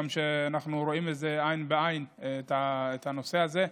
וגם שאנחנו רואים עין בעין את הנושא הזה.